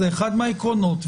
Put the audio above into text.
זה אחד מן העקרונות.